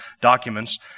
documents